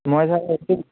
মই ছাৰ